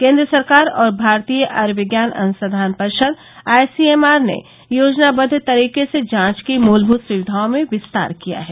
केंद्र सरकार और भारतीय आयुर्विज्ञान अनुसंधान परिषद आईसीएमआर ने योजनाबद्व तरीके से जांच की मूलभूत सुविघाओं में विस्तार किया है